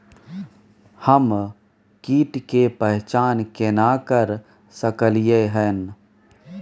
हम कीट के पहचान केना कर सकलियै हन?